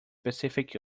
pacific